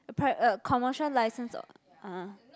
a par~ a commercial license uh ah